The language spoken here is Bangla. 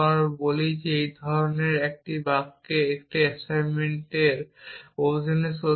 আমি বলব যে এই ধরনের একটি বাক্য একটি অ্যাসাইনমেন্টের অধীনে সত্য